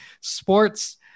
sports